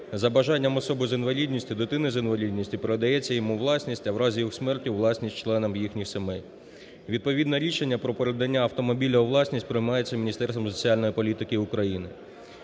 за бажанням особи з інвалідністю, дитини з інвалідністю продається йому у власність, а в разі його смерті – у власність членам їхніх сімей. Відповідне рішення про передання автомобіля у власність приймається Міністерством соціальної політики України.